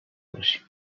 باشیم